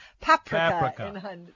Paprika